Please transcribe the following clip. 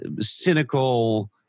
cynical